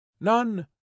None